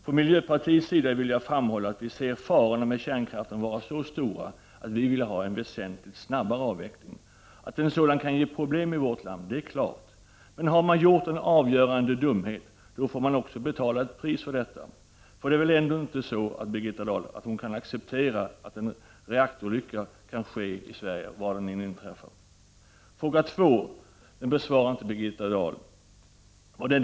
Från miljöpartiets sida vill jag framhålla att vi anser farorna med kärnkraften vara så stora att vi vill ha en väsentligt snabbare avveckling. Att en sådan kan ge problem i vårt land är klart. Men om man har gjort en avgörande dumhet, då får man också betala ett pris för detta. För det är väl ändå inte så att Birgitta Dahl kan acceptera en reaktorolycka, var den än inträffar, i Sverige? Fråga två besvarade inte Birgitta Dahl.